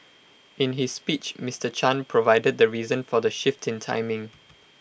in his speech Mister chan provided the reason for the shift in timing